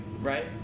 right